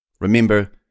Remember